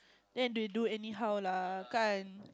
then they do anyhow lah can't